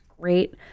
great